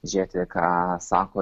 žiūrėti ką sako